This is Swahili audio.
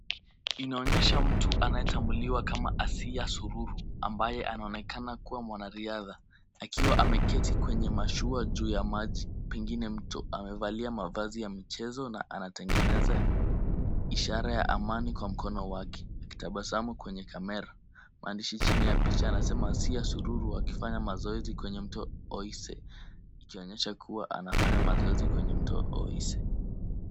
Inaonesha mtu anayetambuliwa kama Asiya Sururu ambaye anaonekana kuwa mwanariadha akiwa ameketi kwenye mashua juu ya maji pengine mto. Amevalia mavazi za michezo na anatengeza ishara ya amani kwa mkono wake akitabasamu kwenye kamera. Maandishi chini ya picha yanasema Asiya Sururu akifanya mazoezi kwenye mto Oise ikionesha kuwa anafanya mazoezi kwenye mto Oise.